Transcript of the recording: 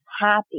happy